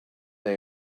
that